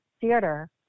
theater